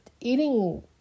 eating